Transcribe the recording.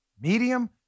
medium